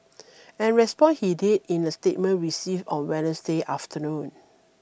and respond he did in a statement received on Wednesday afternoon